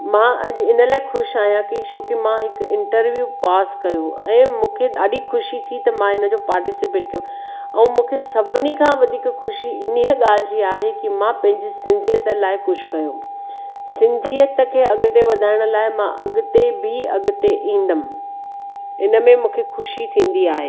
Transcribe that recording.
मां अॼु इन लाइ ख़ुशि आहियां की छो की मां हिकु इंटरव्यू पास कयो ऐं मूंखे ॾाढी ख़ुशी थी त मां हिनजो पार्टिसिपेट कयो ऐं मूंखे सभिनि खां वधीक ख़ुशी इन्हीअ ॻाल्हि जी आहे की मां पंहिंजी सिंधियत लाइ कुझु कयो सिंधियत खे अॻिते वधाइण लाइ मां अॻिते बि अॻिते इंदमि इन में मूंखे ख़ुशी थींदी आहे